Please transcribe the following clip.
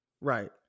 Right